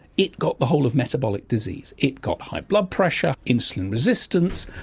it got the whole of metabolic disease it got high blood pressure, insulin resistance,